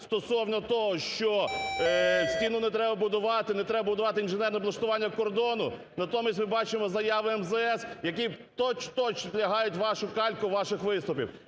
стосовно того, що стіну не треба будувати, не треба будувати інженерне облаштування кордону. Натомість ми бачимо заяви МЗС, яке точь в точь ……… вашу кальку ваших виступів.